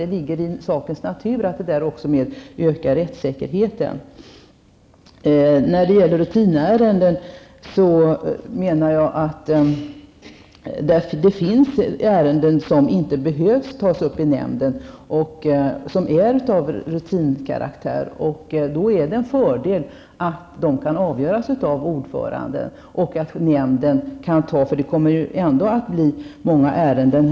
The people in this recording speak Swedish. Det ligger därför i sakens natur att rättssäkerheten måste öka. När det gäller rutinärendena menar jag att det finns ärenden som inte behöver tas upp i nämnden och som kan karakteriseras som rutinärenden. I de fallen är det en fördel att ärendena kan avgöras av ordföranden. Det kommer ändå att bli fråga om många ärenden.